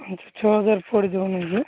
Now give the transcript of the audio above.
ପାଞ୍ଚ ଛଅ ହଜାର ପଡ଼ିଯିବନି କି